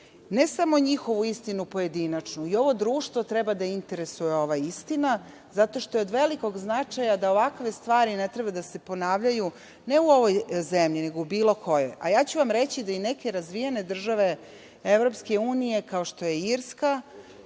Ne samo njihovu istinu pojedinačno, i ovo društvo treba da interesuje ova istina zato što je od velikog značaja da ovakve stvari ne treba da se ponavljaju, ne u ovoj zemlji, nego u bilo kojoj. Ja ću vam reči da i neke razvijene države EU kao što je Irska,